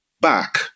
back